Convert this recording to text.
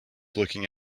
looking